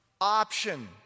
option